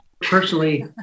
Personally